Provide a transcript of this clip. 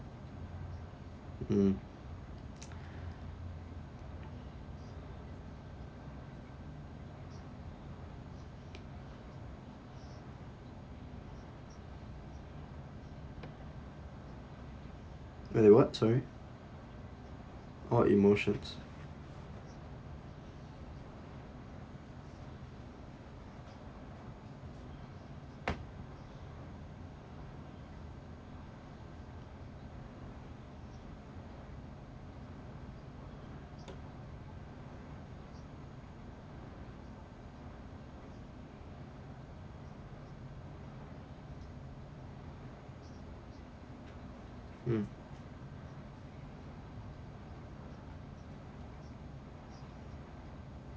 mm where they what sorry oh emotions mm